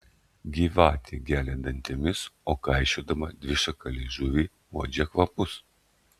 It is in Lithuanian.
gyvatė gelia dantimis o kaišiodama dvišaką liežuvį uodžia kvapus